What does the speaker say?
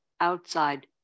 Outside